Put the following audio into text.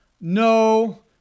No